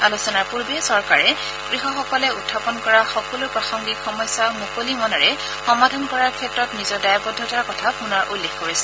আলোচনাৰ পূৰ্বে চৰকাৰে কৃষকসকলে উখাপন কৰা সকলো প্ৰাসংগিক সমস্যা মুকলি মনেৰে সমাধান কৰাৰ ক্ষেত্ৰত নিজৰ দায়বদ্ধতাৰ কথা পুনৰ উল্লেখ কৰিছে